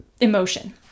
emotion